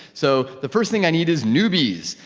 so the first thing i need is newbies.